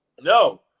no